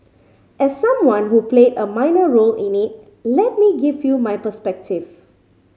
as someone who played a minor role in it let me give you my perspective